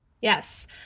Yes